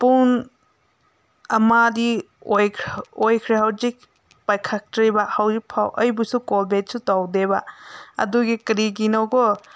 ꯄꯨꯡ ꯑꯃꯗꯤ ꯑꯣꯏꯈ꯭ꯔꯦ ꯍꯧꯖꯤꯛ ꯄꯥꯏꯈꯠꯇ꯭ꯔꯤꯕ ꯍꯧꯖꯤꯛꯐꯥꯎ ꯑꯩꯕꯨꯁꯨ ꯀꯣꯜ ꯕꯦꯛꯁꯨ ꯇꯧꯗꯦꯕ ꯑꯗꯨꯒꯤ ꯀꯔꯤꯒꯤꯅꯣꯕꯨ